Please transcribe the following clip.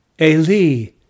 Eli